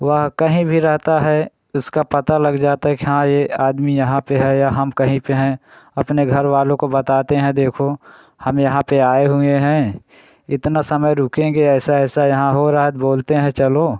वह कहीं भी रहता है इसका पता लग जाता है कि हाँ यह आदमी यहाँ पर है या हम कहीं पर है अपने घर वालों को बताते हैं देखो हम यहाँ पर आए हुए हैं इतना समय रुकेंगे ऐसा ऐसा यहाँ हो रहा है तो बोलते हैं चलो